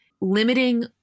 limiting